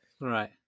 Right